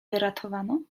wyratowano